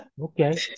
okay